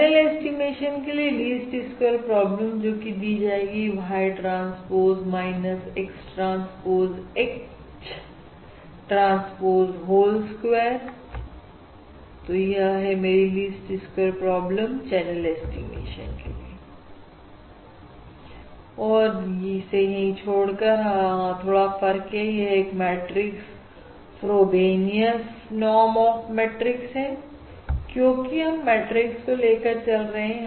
channel estimation के लिए least square problem जोकि दी जाएगी Y transpose X transpose H transpose whole square तो यह है मेरी least square problem channel estimation के और यहां पर छोड़कर यहां थोड़ा फर्क है यह एक matrix Frobenius norm of matrix है क्योंकि हम मैट्रिक्स को लेकर चल रहे हैं